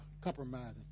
compromising